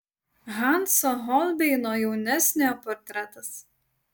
hanso holbeino jaunesniojo portretas